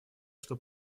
что